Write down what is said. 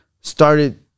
started